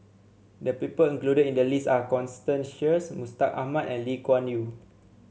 the people included in the list are Constance Sheares Mustaq Ahmad and Lee Kuan Yew